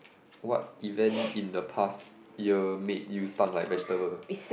what event in the past year made you stun like vegetable